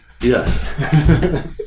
Yes